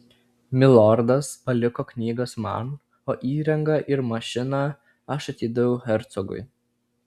milordas paliko knygas man o įrangą ir mašiną aš atidaviau hercogui